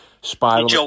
spiral